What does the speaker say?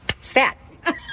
Stat